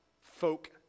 folk